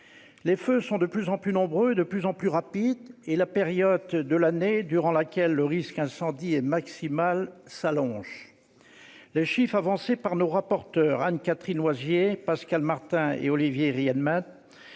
Les feux sont de plus en plus nombreux et de plus en plus rapides, et la période de l'année durant laquelle le risque incendie est maximal s'allonge. Les chiffres avancés par nos rapporteurs, Anne-Catherine Loisier, Pascal Martin et Olivier Rietmann,